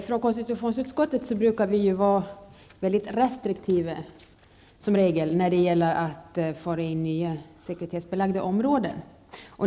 Herr talman! I KU brukar vi som regel vara väldigt restriktiva när det gäller att föra in nya sekretessbelagda områden.